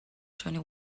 twenty